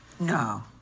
No